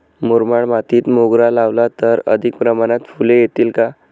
मुरमाड मातीत मोगरा लावला तर अधिक प्रमाणात फूले येतील का?